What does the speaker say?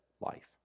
life